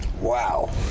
Wow